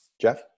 Jeff